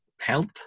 help